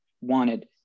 wanted